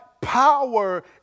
power